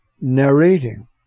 narrating